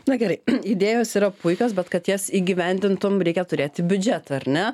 na gerai idėjos yra puikios bet kad jas įgyvendintum reikia turėti biudžetą ar ne